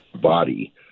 body